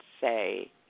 say